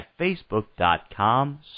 facebook.com